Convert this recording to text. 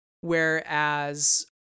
whereas